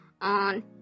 on